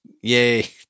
Yay